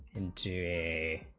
and to a